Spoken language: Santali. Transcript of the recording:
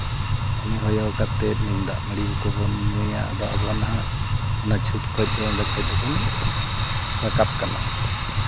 ᱩᱱᱤ ᱦᱚᱭᱚ ᱠᱟᱛᱮᱫ ᱱᱤᱢ ᱫᱟᱜ ᱢᱟᱺᱰᱤ ᱠᱚᱵᱚᱱ ᱧᱩᱭᱟ ᱟᱫᱚ ᱱᱟᱦᱟᱜ ᱚᱱᱟ ᱪᱷᱩᱸᱛ ᱠᱷᱚᱡ ᱫᱚ ᱚᱸᱰᱮ ᱠᱷᱚᱡ ᱫᱚᱵᱚᱱ ᱨᱟᱠᱟᱵ ᱠᱟᱱᱟ